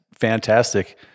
fantastic